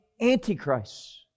antichrist